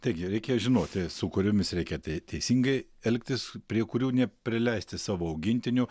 taigi reikia žinoti su kuriomis reikia tei teisingai elgtis prie kurių neprileisti savo augintinių